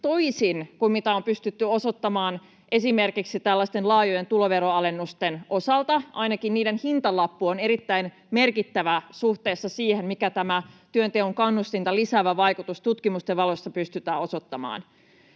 toisin kuin mitä on pystytty osoittamaan esimerkiksi tällaisten laajojen tuloveron alennusten osalta. Ainakin niiden hintalappu on erittäin merkittävä suhteessa siihen, mikä työnteon kannustinta lisäävä vaikutus tutkimusten valossa pystytään osoittamaan.